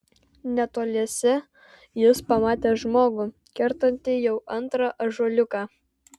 netoliese jis pamatė žmogų kertantį jau antrą ąžuoliuką